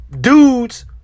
dudes